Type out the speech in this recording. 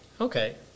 Okay